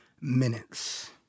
minutes